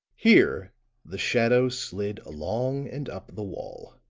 here the shadow slid along and up the wall